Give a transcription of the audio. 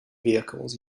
vehicles